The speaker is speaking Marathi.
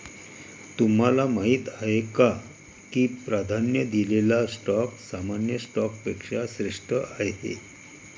तुम्हाला माहीत आहे का की प्राधान्य दिलेला स्टॉक सामान्य स्टॉकपेक्षा श्रेष्ठ आहे?